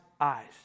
eyes